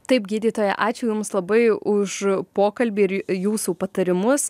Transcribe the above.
taip gydytoja ačiū jums labai už pokalbį ir jūsų patarimus